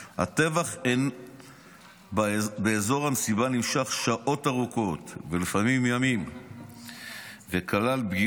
הטבח באזור המסיבה נמשך שעות ארוכות ולפעמים ימים וכלל פגיעות